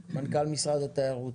מנכ"ל משרד התיירות,